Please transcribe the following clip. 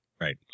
Right